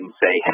say